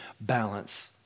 balance